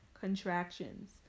Contractions